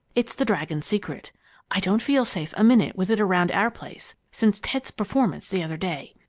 it's the dragon's secret i don't feel safe a minute with it around our place since ted's performance the other day.